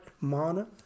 mana